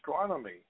astronomy